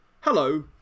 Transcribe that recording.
Hello